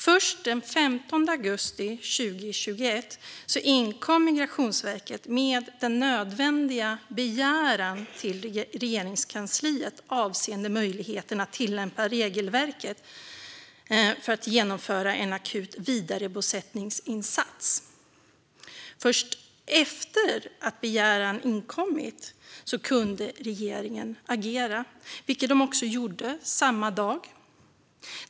Först den 15 augusti 2021 inkom Migrationsverket med den nödvändiga begäran till Regeringskansliet avseende möjligheten att tillämpa regelverket för att genomföra en akut vidarebosättningsinsats. Först efter att begäran inkommit kunde regeringen agera, vilket den också gjorde samma dag.